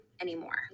anymore